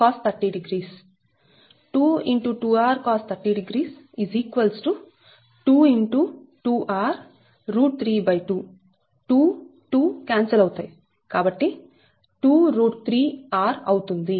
2×2r Cos 300 2×2r √32 2 2 cancel అవుతాయి కాబట్టి 2√3r అవుతుంది